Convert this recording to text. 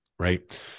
right